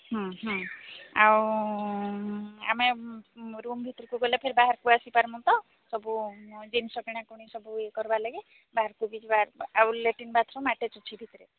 ହଁ ଆଉ ଆମେ ରୁମ୍ ଭିତରକୁ ଗଲେ ଫର ବାହାରକୁ ଆସିପାରମୁ ତ ସବୁ ଜିନିଷ କିଣାକିଣି ସବୁ ଇଏ କରବା ଲାଗି ବାହାରକୁ ବି ଯିବା ଆଉ ଲ୍ୟାଟ୍ରିନ୍ ବାଥରୁମ୍ ଆଟାଚ୍ ଅଛି ଭିତରେ